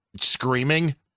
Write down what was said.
screaming